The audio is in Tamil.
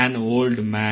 an old man